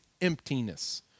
emptiness